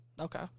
Okay